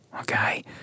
okay